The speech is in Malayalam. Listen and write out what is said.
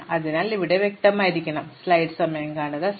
അതിനാൽ ഇവിടെ വ്യക്തമായിരിക്കണം സമയം കാണുക 0833